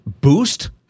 boost